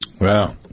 Wow